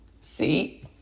See